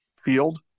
field